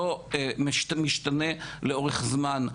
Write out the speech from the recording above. לא משתנה לאורך זמן.